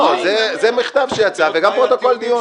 לא, זה מכתב שיצא וגם פרוטוקול דיון.